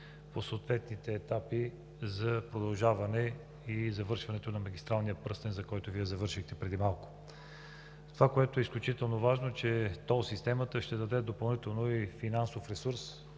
по съответните етапи за продължаването и завършването на магистралния пръстен, с който Вие завършихте преди малко. Изключително важно е, че тол системата ще даде допълнително и финансов ресурс,